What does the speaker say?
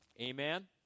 amen